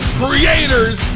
creators